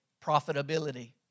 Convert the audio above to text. profitability